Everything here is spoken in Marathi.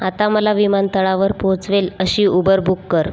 आता मला विमानतळावर पोहोचवेल अशी उबर बुक कर